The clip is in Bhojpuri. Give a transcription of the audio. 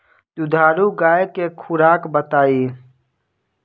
दुधारू गाय के खुराक बताई?